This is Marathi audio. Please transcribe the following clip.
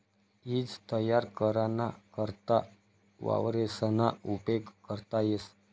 ईज तयार कराना करता वावरेसना उपेग करता येस